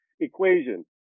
equation